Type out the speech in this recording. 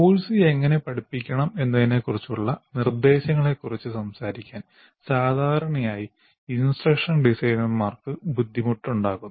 course എങ്ങനെ പഠിപ്പിക്കണമെന്നതിനെക്കുറിച്ചുള്ള നിർദ്ദേശങ്ങളെക്കുറിച്ച് സംസാരിക്കാൻ സാധാരണയായി ഇൻസ്ട്രക്ഷൻ ഡിസൈനർമാർക്ക് ബുദ്ധിമുട്ടുണ്ടാകുന്നു